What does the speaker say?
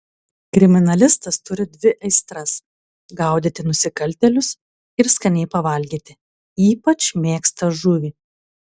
kriminalistas turi dvi aistras gaudyti nusikaltėlius ir skaniai pavalgyti ypač mėgsta žuvį